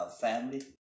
family